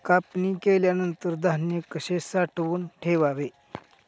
कापणी केल्यानंतर धान्य कसे साठवून ठेवावे?